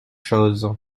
chose